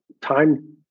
time